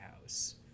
house